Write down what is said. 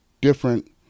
different